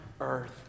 earth